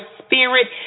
spirit